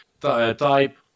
type